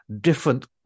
different